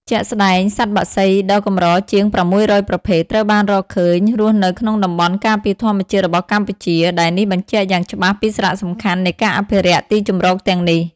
ជាក់ស្តែង សត្វបក្សីដ៏កម្រជាង ៦០០ ប្រភេទ ត្រូវបានរកឃើញរស់នៅក្នុងតំបន់ការពារធម្មជាតិរបស់កម្ពុជា ដែលនេះបញ្ជាក់យ៉ាងច្បាស់ពីសារៈសំខាន់នៃការអភិរក្សទីជម្រកទាំងនេះ។